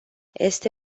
este